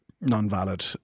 non-valid